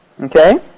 Okay